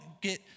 get